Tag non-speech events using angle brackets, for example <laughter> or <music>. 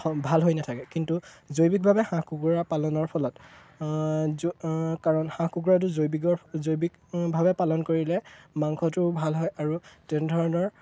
ভাল হৈ নাথাকে কিন্তু জৈৱিকভাৱে হাঁহ কুকুৰা পালনৰ ফলত <unintelligible> কাৰণ হাঁহ কুকুৰাটো জৈৱিকৰ জৈৱিকভাৱে পালন কৰিলে মাংসটো ভাল হয় আৰু তেনেধৰণৰ